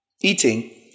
eating